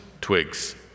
twigs